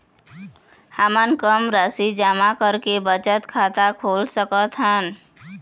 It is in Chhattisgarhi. हमन कम राशि जमा करके बचत खाता खोल सकथन?